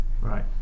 Right